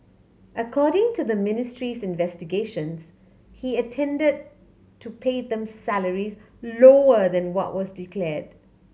according to the ministry's investigations he intended to pay them salaries lower than what was declared